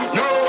no